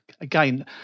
Again